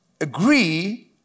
agree